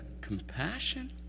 compassion